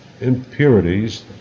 impurities